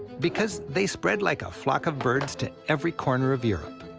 because they spread like a flock of birds to every corner of europe.